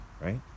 Right